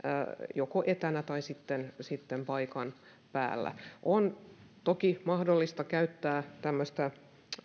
joko etänä tai sitten sitten paikan päällä on toki mahdollista käyttää tämmöistä